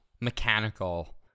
mechanical